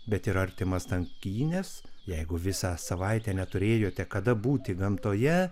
bet ir artimas tankynes jeigu visą savaitę neturėjote kada būti gamtoje